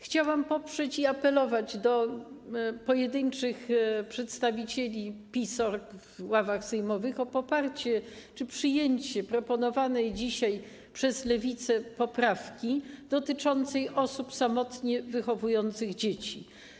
Chciałam poprzeć i apelować do pojedynczych przedstawicieli PiS w ławach sejmowych o poparcie czy przyjęcie proponowanej dzisiaj przez Lewicę poprawki dotyczącej osób samotnie wychowujących dzieci.